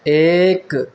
ایک